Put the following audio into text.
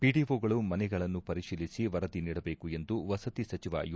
ಪಿಡಿಒಗಳು ಮನೆಗಳನ್ನು ಪರಿಶೀಲಿಸಿ ವರದಿ ನೀಡಬೇಕು ಎಂದು ವಸತಿ ಸಚಿವ ಯು